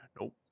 Nope